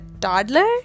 toddler